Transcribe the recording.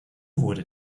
wurde